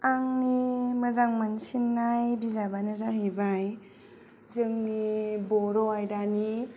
आंनि मोजां मोनसिन्नाय बिजाबानो जाहैबाय जोंनि बर' आयदानि